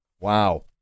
Wow